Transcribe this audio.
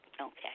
okay